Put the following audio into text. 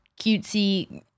cutesy